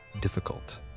difficult